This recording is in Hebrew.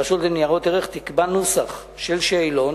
הרשות לניירות ערך תקבע נוסח של שאלון